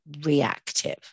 reactive